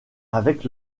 avec